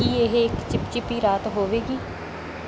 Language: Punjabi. ਕੀ ਇਹ ਇੱਕ ਚਿਪਚਿਪੀ ਰਾਤ ਹੋਵੇਗੀ